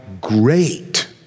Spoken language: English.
great